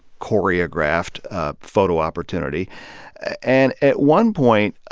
choreographed ah photo opportunity and at one point,